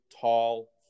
tall